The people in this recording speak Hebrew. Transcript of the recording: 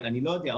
אני לא יודע,